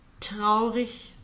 traurig